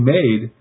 made